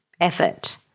effort